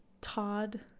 Todd